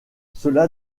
cela